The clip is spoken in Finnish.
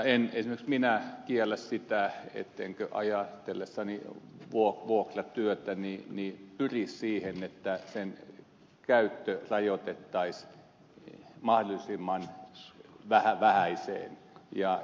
en minä esimerkiksi kiellä sitä että ajatellessani vuokratyötä pyrin siihen että sen käyttö rajoitettaisiin mahdollisimman vähäiseen